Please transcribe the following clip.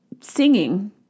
singing